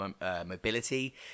mobility